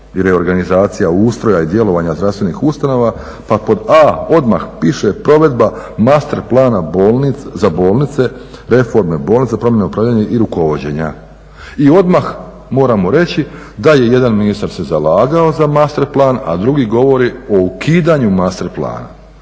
i reorganizacija ustroja i djelovanja zdravstvenih ustanova pa pod a) odmah piše provedba masterplana za bolnice, reforme bolnica, promjena upravljanja i rukovođenja. I odmah moramo reći da je jedan ministar se zalagao za masterplan, a drugi govori o ukidanju masterplana